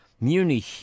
Munich